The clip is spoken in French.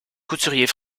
couturier